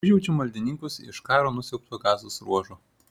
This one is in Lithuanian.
užjaučiu maldininkus iš karo nusiaubto gazos ruožo